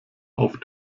auf